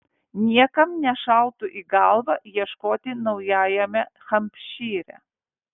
niekam nešautų į galvą ieškoti naujajame hampšyre